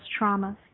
traumas